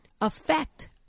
affect